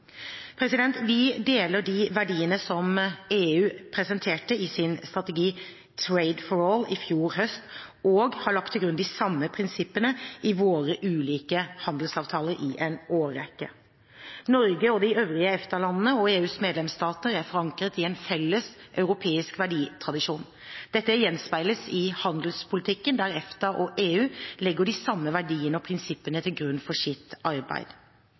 Vi deler de verdiene som EU presenterte i sin strategi «Trade for all» i fjor høst, og har lagt til grunn de samme prinsippene i våre ulike handelsavtaler i en årrekke. Norge og de øvrige EFTA-landene og EUs medlemsstater er forankret i en felles europeisk verditradisjon. Dette gjenspeiles i handelspolitikken, der EFTA og EU legger de samme verdiene og prinsippene til grunn for sitt arbeid.